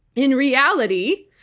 in reality,